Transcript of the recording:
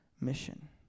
mission